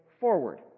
forward